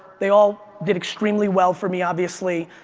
they all did extremely well for me, obviously,